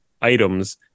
items